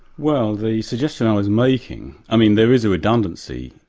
well the suggestion i was making, i mean there is a redundancy,